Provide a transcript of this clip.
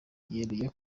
yeruye